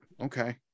okay